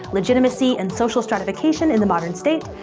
legitimacy, and social stratification in the modern state.